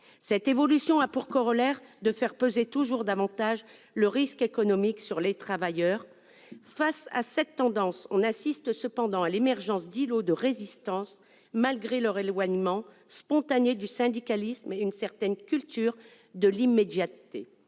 Cette évolution a pour corollaire de faire peser toujours davantage le risque économique sur les travailleurs. Face à cette tendance, on assiste cependant à l'émergence d'îlots de résistance. Malgré leur éloignement spontané du syndicalisme et une certaine culture de l'immédiateté,